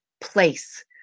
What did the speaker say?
place